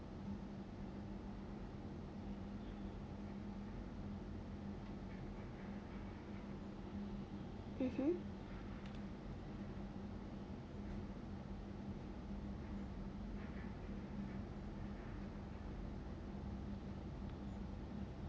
mmhmm